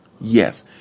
Yes